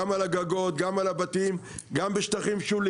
גם על הגגות; גם על הבתים; גם בשטחים שוליים.